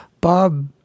Bob